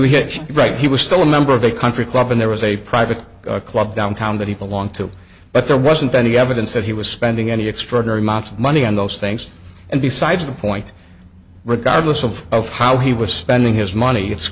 d right he was still a member of a country club and there was a private club downtown that he belonged to but there wasn't any evidence that he was spending any extraordinary amounts of money on those things and besides the point regardless of how he was spending his money it's